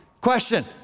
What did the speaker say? Question